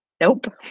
nope